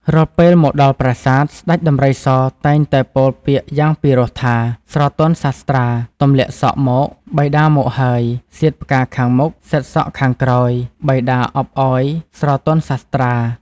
រាល់ពេល មកដល់ប្រាសាទ ស្តេចដំរីសតែងតែពោលពាក្យយ៉ាងពីរោះថា ស្រទន់សាស្ត្រា ទម្លាក់សក់មក បិតាមកហើយ សៀតផ្កាខាងមុខ សិតសក់ខាងក្រោយ បិតាអប់ឱ្យ ស្រទន់សាស្ត្រា ។